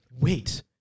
Wait